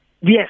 Yes